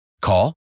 Call